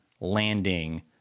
landing